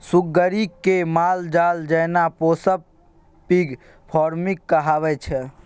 सुग्गरि केँ मालजाल जेना पोसब पिग फार्मिंग कहाबै छै